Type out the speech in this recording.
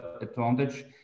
advantage